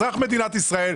אזרח מדינת ישראל,